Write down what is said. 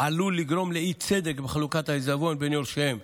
עלול לגרום לאי-צדק בחלוקת העיזבון בין יורשיהם.